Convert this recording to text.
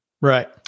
Right